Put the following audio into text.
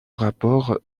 rapport